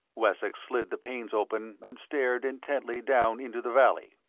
wessex slid the panes open and stared intently down into the valley.